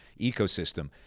ecosystem